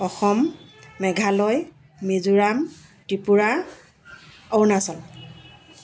Assam Meghalaya Mizoram Tripura Arunachal